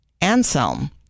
Anselm